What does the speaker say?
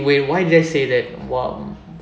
wait why did I say that !wow!